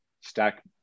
stack